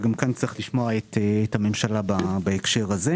בהקשר של